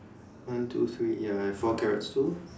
one two three ya I have four carrots too